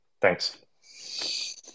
Thanks